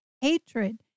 hatred